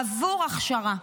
עבור הכשרה.